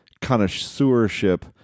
connoisseurship